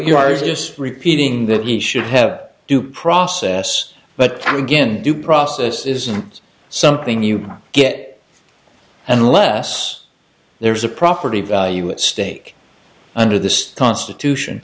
requires just repeating that he should have due process but again due process isn't something you get unless there's a property value at stake under the constitution